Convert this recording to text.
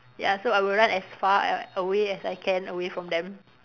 ya so I would run as far a~ away as I can away from them